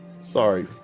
Sorry